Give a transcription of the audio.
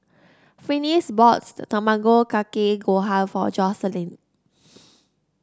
Finis bought Tamago Kake Gohan for Joycelyn